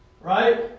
Right